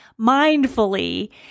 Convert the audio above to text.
mindfully